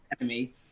enemy